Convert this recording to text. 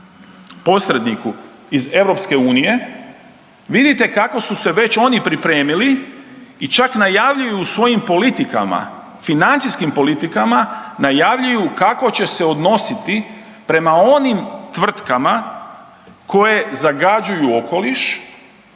posredniku iz EU, vidite kako su se već oni pripremili i čak najavljuju u svojim politikama, financijskim politikama najavljuju kako će se odnositi prema onim tvrtkama koje zagađuju okoliš,